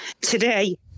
today